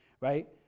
right